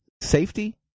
safety